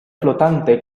flotante